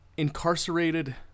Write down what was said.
Incarcerated